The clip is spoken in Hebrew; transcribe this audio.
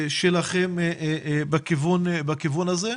שלכם בכיוון הזה.